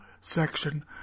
section